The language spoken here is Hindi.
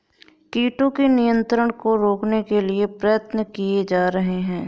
कीटों के नियंत्रण को रोकने के लिए प्रयत्न किये जा रहे हैं